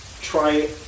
try